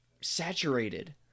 saturated